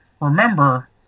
remember